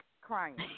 crying